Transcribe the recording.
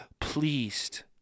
pleased